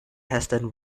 hasten